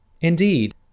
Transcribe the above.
Indeed